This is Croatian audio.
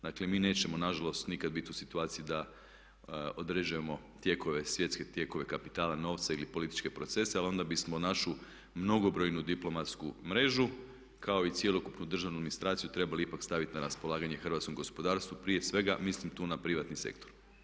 Dakle, mi nećemo nažalost nikad biti u situaciji da određujemo svjetske tokove kapitala novca ili političke procese ali onda bismo našu mnogobrojnu diplomatsku mrežu kao i cjelokupnu državnu administraciju trebali ipak staviti na raspolaganje hrvatskom gospodarstvu, prije svega mislim tu na privatni sektor.